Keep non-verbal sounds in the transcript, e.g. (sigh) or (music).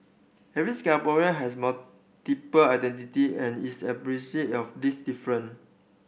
every Singaporean has multiple identity and is (unintelligible) of these difference